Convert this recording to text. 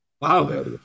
Wow